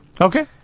okay